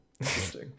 interesting